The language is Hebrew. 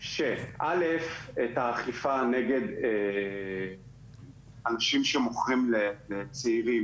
א', את האכיפה נגד אנשים שמוכרים לצעירים